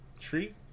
tree